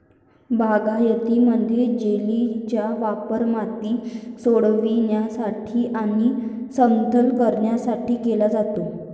बागायतीमध्ये, जेलीचा वापर माती सोडविण्यासाठी आणि समतल करण्यासाठी केला जातो